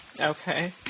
Okay